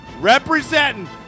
Representing